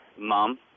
Mom